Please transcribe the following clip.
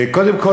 קודם כול,